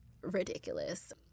ridiculous